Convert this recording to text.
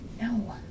no